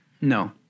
No